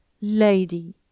Lady